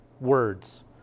words